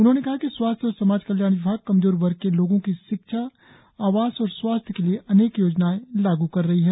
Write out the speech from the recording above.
उन्होंने कहा कि स्वास्थ्य और समाज कल्याण विभाग कमजोर वर्ग के लोगों की शिक्षा आवास और स्वास्थ्य के लिए अनेक योजनाएं लागू कर रही है